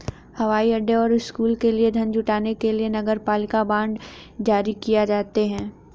हवाई अड्डों और स्कूलों के लिए धन जुटाने के लिए नगरपालिका बांड जारी किए जाते हैं